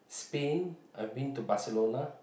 been I've been to Barcelona